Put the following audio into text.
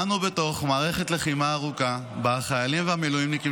אנו בתוך מערכת לחימה ארוכה שבה החיילים והמילואימניקים